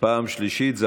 פעם שלישית זכה.